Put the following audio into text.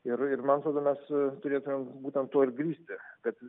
ir ir man atrodo mes turėtumėm būtent tuo ir grįsti kad